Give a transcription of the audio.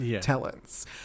Talents